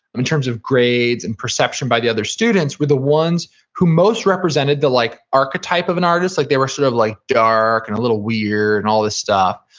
in terms of grades and perception by the other students, were the ones who most represented the like archetype of an artist. like, they were sort of like dark, and a little weird, and all this stuff.